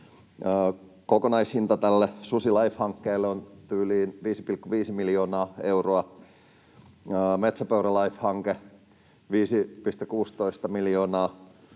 Kokonaishinta tälle SusiLIFE-hankkeelle on tyyliin 5,5 miljoonaa euroa, MetsäpeuraLIFE-hankkeelle 5,16 miljoonaa.